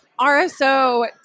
RSO